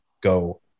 go